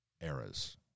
eras